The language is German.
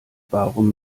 warum